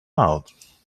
out